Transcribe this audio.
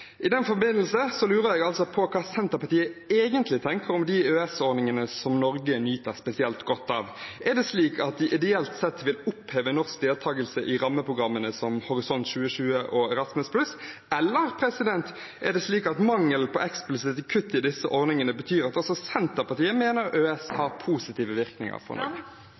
I den forbindelse lurer jeg på hva Senterpartiet egentlig tenker om de EØS-ordningene som Norge nyter spesielt godt av. Er det slik at de ideelt sett vil oppheve norsk deltakelse i rammeprogrammer som Horisont 2020 og Erasmus+, eller er det slik at mangel på eksplisitte kutt i disse ordningene gjør at også Senterpartiet mener EØS har positive virkninger for